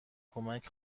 کمک